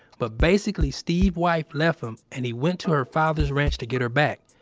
but, basically, steve's wife left him and he went to her father's ranch to get her back.